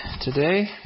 today